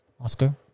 Oscar